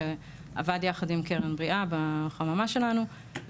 שעבד יחד עם "קרן בריאה" בחממה שלנו,